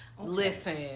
Listen